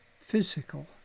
Physical